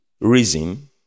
reason